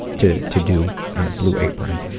to to do blue apron.